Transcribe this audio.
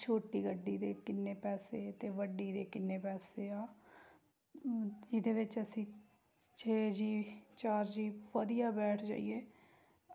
ਛੋਟੀ ਗੱਡੀ ਦੇ ਕਿੰਨੇ ਪੈਸੇ ਅਤੇ ਵੱਡੀ ਦੇ ਕਿੰਨੇ ਪੈਸੇ ਆ ਇਹਦੇ ਵਿੱਚ ਅਸੀਂ ਛੇ ਜੀਅ ਚਾਰ ਜੀਅ ਵਧੀਆ ਬੈਠ ਜਾਈਏ